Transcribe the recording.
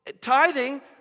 tithing